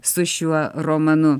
su šiuo romanu